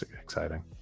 exciting